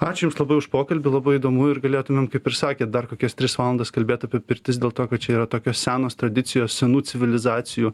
ačiū jums labai už pokalbį labai įdomu ir galėtumėm kaip ir sakėt dar kokias tris valandas kalbėt apie pirtis dėl to kad čia yra tokios senos tradicijos senų civilizacijų